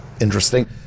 interesting